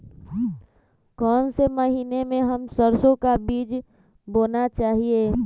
कौन से महीने में हम सरसो का बीज बोना चाहिए?